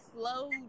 slow